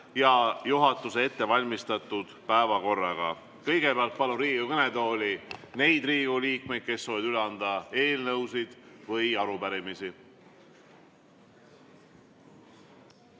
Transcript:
ja juhatuse ettevalmistatud päevakorraga. Kõigepealt palun Riigikogu kõnetooli neid Riigikogu liikmeid, kes soovivad üle anda eelnõusid või arupärimisi.